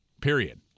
period